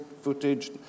footage